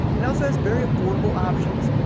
and also has very affordable options.